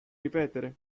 ripetere